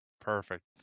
Perfect